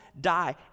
die